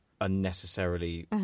unnecessarily